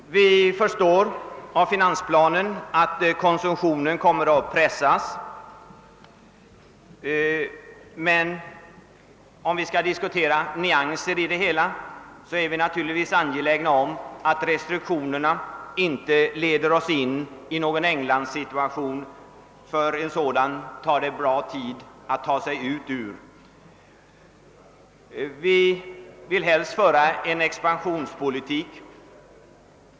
Vi förstår av finansplanen, att konsumtionen kommer att pressas, men om vi skall diskutera nyanser i det hela, är vi naturligtvis angelägna om att restriktionerna inte leder oss in i någon Englandssituation. En sådan tar det tid att ta sig ur. Vi vill helst föra en expansionspolitik.